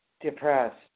depressed